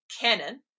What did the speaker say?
Canon